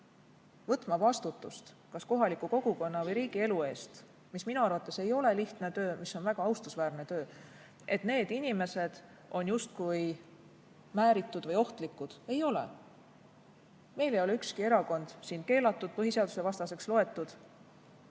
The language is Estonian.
võtma vastutust kas kohaliku kogukonna või riigi elu eest, mis minu arvates ei ole lihtne töö, mis on väga austusväärne töö, need inimesed on justkui määritud või ohtlikud. Ei ole. Meil ei ole ükski erakond keelatud, loetud põhiseadusvastaseks.